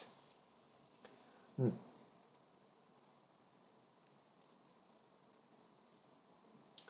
mm